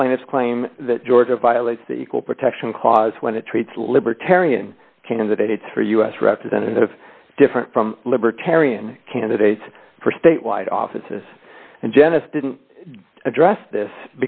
the plaintiffs claim that georgia violates the equal protection clause when it treats libertarian candidates for us representative different from libertarian candidates for statewide offices and janice didn't address this